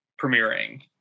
premiering